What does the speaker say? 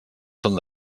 són